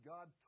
God